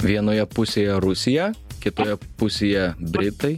vienoje pusėje rusija kitoje pusėje britai